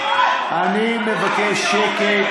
אני מבקש שקט.